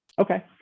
Okay